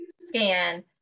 scan